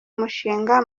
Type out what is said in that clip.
mushinga